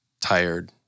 tired